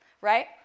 Right